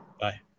Bye